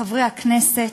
חברי הכנסת,